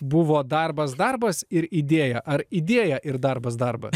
buvo darbas darbas ir idėja ar idėja ir darbas darbas